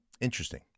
interesting